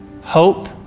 hope